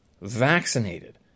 vaccinated